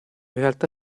realtà